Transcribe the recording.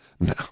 no